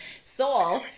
soul